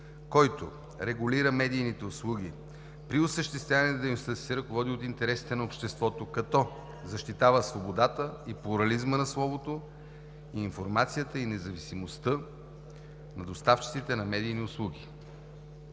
който регулира медийните услуги, при осъществяване на дейността си се ръководи от интересите на обществото, като защитава свободата и плурализма на словото, информацията и независимостта на доставчиците на медийни услуги“.